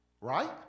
right